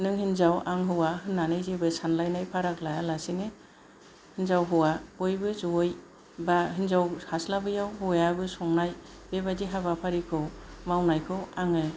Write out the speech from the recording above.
नों हिनजाव आं हौवा होननानै जेबो सानलायनाय फाराग लायालासेनो हिनजाव हौवा बयबो जयै एबा हिनजाव हास्लाबैआव हौवायाबो संनाय बेबायदि हाबाफारिखौ मावनायखौ आङो